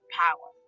power